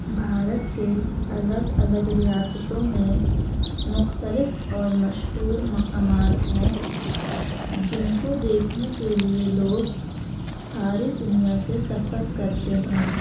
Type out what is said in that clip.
بھارت کے الگ الگ ریاستوں میں مختلف اور مشہور مقامات ہیں جن کو دیکھنے کے لیے لوگ ساری دنیا سے سفر کرتے ہیں